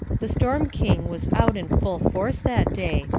the storm king was out in full force that day,